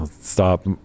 Stop